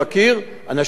אנשים ישרים,